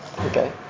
Okay